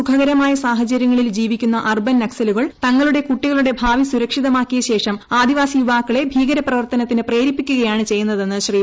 സുഖകരമായ സാഹചര്യങ്ങളിൽ ജീവിക്കുന്ന അർബൻ നക്സലുകൾ തങ്ങളുടെ കുട്ടികളുടെ ഭാവി സുരക്ഷിതമാക്കിയ ശേഷം ആദിവാസി യുവാക്കളെ ഭീകരപ്രവർത്തനത്തിന് പ്രേരിപ്പിക്കുകയാണ് ചെയ്യുന്നതെന്ന് ശ്രീ